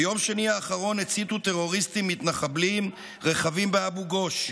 ביום שני האחרון הציתו טרוריסטים מתנחבלים רכבים באבו גוש.